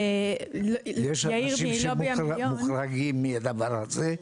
יש אנשים שמוחרגים מהדבר הזה: